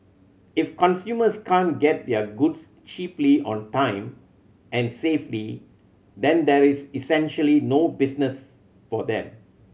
if consumers can't get their goods cheaply on time and safely then there's essentially no business for them